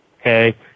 okay